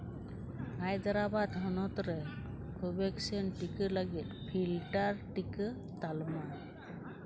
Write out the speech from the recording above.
ᱦᱟᱭᱫᱨᱟᱵᱟᱫᱽ ᱦᱚᱱᱚᱛ ᱨᱮ ᱠᱳᱵᱷᱮᱠᱥᱤᱱ ᱴᱤᱠᱟᱹ ᱞᱟᱹᱜᱤᱫ ᱯᱷᱤᱞᱴᱟᱨ ᱴᱤᱠᱟᱹ ᱛᱟᱞᱢᱟ